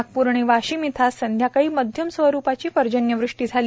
नागप्र आणि वाशिम इथ आज संध्याकाळी माध्यम स्वरूपाची पर्जन्य वृष्टी झाली